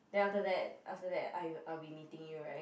then after that after that I I'll be meeting you right